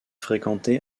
fréquenté